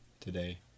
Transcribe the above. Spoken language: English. today